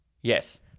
Yes